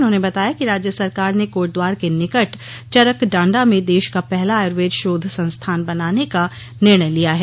उन्होंने बताया कि राज्य सरकार ने कोटद्वार के निकट चरक डाण्डा में देश का पहला आयुर्वेद शोध संस्थान बनाने का निर्णय लिया है